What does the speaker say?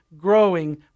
growing